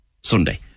Sunday